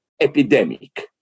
epidemic